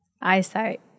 eyesight